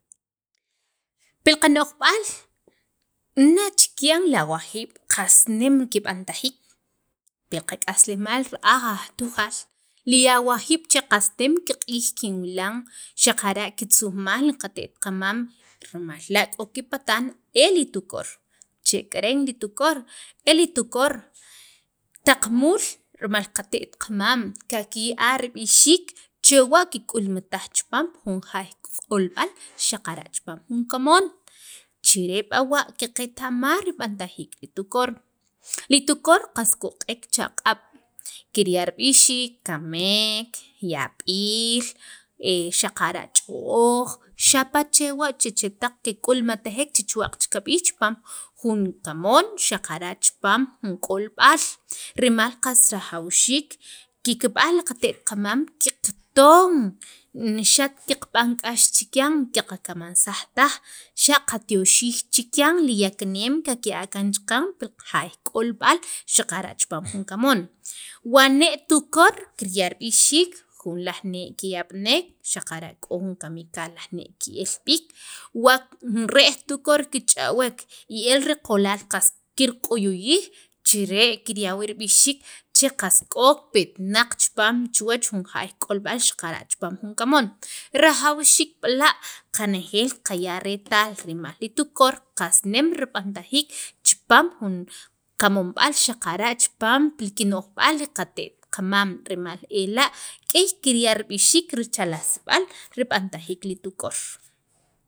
pil qano'jb'aal nachikyan li awajiib' qas nem rib'antajiik pil qak'aslemaal ra'aj Tujaal li awjiib' che qas nem rib'antajiik kinwilan xaqara' kitzujmaj li qate't qamam rimal k'o ripatan el tukor, chek'eren li tukor e li tukor taqmuul rimal li qate't qamam kakya'a rib'ixiik chewa' li kik'ulmataj chipaam li jaay k'olb'aal xaqara' pil kamoon chire' b'awa' qaqeta'maj li b'antajiik li tukor, li tukor qas koq'ek chaq'ab' kirya' rib'ixiik kamek, yab'iil xaqara' ch'ooj xapa' chewa' li chetaq kik'ulmatajek chi chuwaq che kab'ij chipaam jun kamoon xaqara' chipaam jun k'olb'al rimal qas rajawxiik kikb'aj li qate't qamam kikqaton ni xat qaban k'ax chikyan qaqkamasaj taj xa' qatyoxij chikyan li yakneem kikya'a kaan chaqan pi li jaay k'olb'al xaqara' chipaam jun kamoon wani' nee' tukor kirya' rib'ixiik jun ne' kiyab'nek xaqara' k'o jun kamikaal laj nee' ke'l b'iik wa jun re'j tukor kich'awek y el riqol qas kirq'uyujij chire kirya' wii' rib'ixiik che qas k'o chipaam chu wach jun jaay k'olb'al xaqara' chipaam jun kamoon rajawxiik b'la' qanejeel kirya' retaal rimal jun tukor qas nem rib'antajiik chipaam jun kamonb'al chipaam pil kino'jb'aal li qate't qamam rimal ela' k'ey kirya rib'ixiik, richalajsab'al, rib'antajiik li tuk'or.